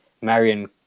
Marion